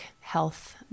health